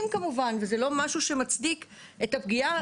כמובן וזה לא משהו שמצדיק את הפגיעה.